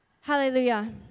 Hallelujah